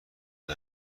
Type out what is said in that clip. زنگ